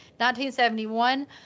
1971